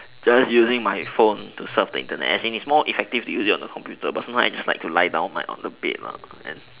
just using my phone to surf the internet as in it's more effective to use it on the computer but sometimes I just like to lie down on my bed and